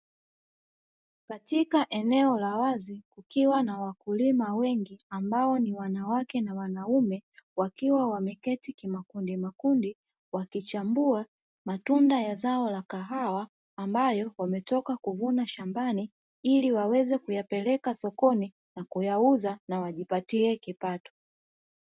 Katika eneo la wazi kukiwa na wakulima wengi ambao ni wanawake na wanaume wakiwa wameketi kimakundi makundi, wakichambua matunda ya zao la kahawa ambayo wametoka kuvuna shambani ili waweze kuyapeleka sokoni na kuyauza na wajipatie kipato.